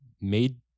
made